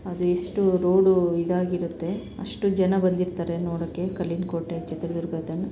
ಅದು ಎಷ್ಟು ರೋಡು ಇದಾಗಿರುತ್ತೆ ಅಷ್ಟು ಜನ ಬಂದಿರ್ತಾರೆ ನೋಡೋಕ್ಕೆ ಕಲ್ಲಿನ ಕೋಟೆ ಚಿತ್ರದುರ್ಗ ಅದನ್ನು